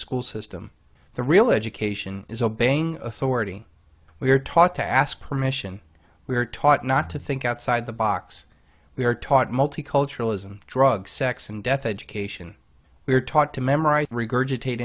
school system the real education is obeying authority we are taught to ask permission we are taught not to think outside the box we are taught multiculturalism drugs sex and death education we are taught to memorize and regurgitate